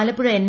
Alappuzha N